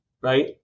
Right